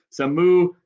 Samu